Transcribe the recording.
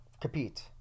compete